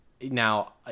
now